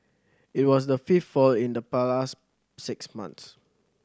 it was the fifth fall in the last six months